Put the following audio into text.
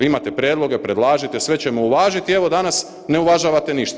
Imate prijedloge, predlažite, sve ćemo uvažiti, evo danas ne uvažavate ništa.